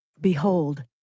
Behold